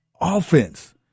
offense